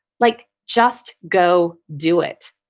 like just go do it.